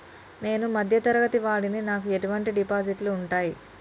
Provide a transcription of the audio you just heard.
నేను మధ్య తరగతి వాడిని నాకు ఎటువంటి డిపాజిట్లు ఉంటయ్?